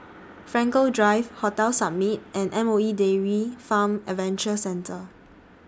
Frankel Drive Hotel Summit and M O E Dairy Farm Adventure Centre